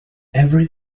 every